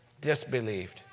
disbelieved